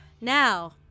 Now